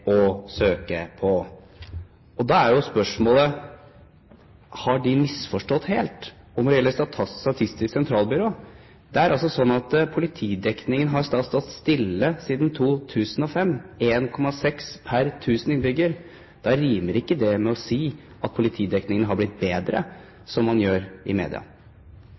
å søke på. Da er jo spørsmålet: Har de misforstått helt? Når det gjelder Statistisk sentralbyrå: Det er altså sånn at politidekningen har stått stille siden 2005: 1,6 per 1 000 innbyggere. Da rimer ikke det med å si at politidekningen har blitt bedre, som man gjør i media.